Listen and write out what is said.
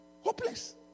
Hopeless